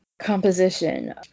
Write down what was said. composition